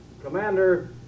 commander